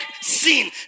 sin